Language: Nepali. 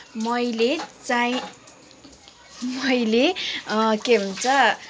मैले चाहिँ मैले के भन्छ